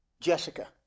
Jessica